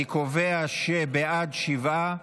אני קובע שבעד, שבעה,